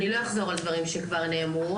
אני לא אחזור על דברים שכבר נאמרו,